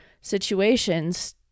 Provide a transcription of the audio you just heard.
situations